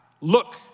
Look